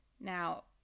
Now